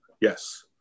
Yes